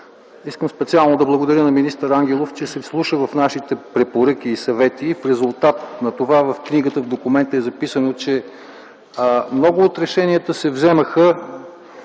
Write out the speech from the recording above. Искам специално да благодаря на министър Ангелов, че се вслуша в нашите препоръки и съвети и в резултат на това в Книгата, в документа е записано, че: „Много от решенията се вземаха